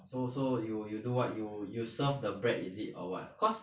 so so you you do what you you serve the bread is it or what cause